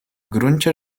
gruncie